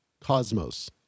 Cosmos